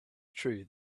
true